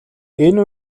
энэ